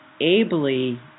ably